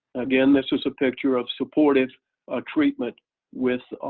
again this is a picture of supportive ah treatment with